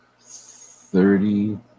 thirty